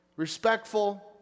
Respectful